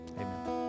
amen